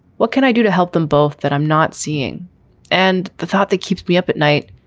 what can i do to help them both that i'm not seeing and the thought that keeps me up at night?